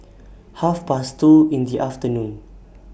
Half Past two in The afternoon